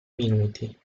minuti